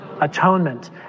Atonement